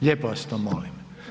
Lijepo vas to molim.